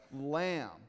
lamb